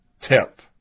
tip